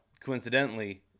coincidentally